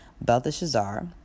Belteshazzar